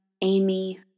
Amy